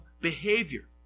behavior